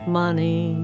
money